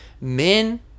men